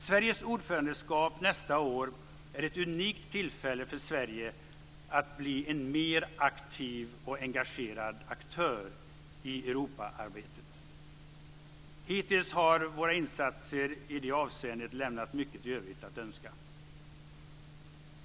Sveriges ordförandeskap nästa år är ett unikt tillfälle för Sverige att bli en mer aktiv och engagerad aktör i Europaarbetet. Hittills har våra insatser i det avseendet lämnat mycket i övrigt att önska.